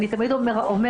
אני תמיד אומרת,